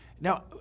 Now